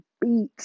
beat